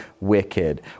wicked